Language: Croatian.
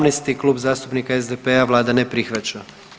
17., Klub zastupnika SDP-a, Vlada ne prihvaća.